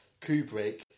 Kubrick